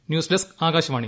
news desk Akashvani